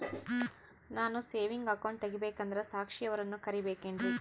ನಾನು saving account ತೆಗಿಬೇಕಂದರ ಸಾಕ್ಷಿಯವರನ್ನು ಕರಿಬೇಕಿನ್ರಿ?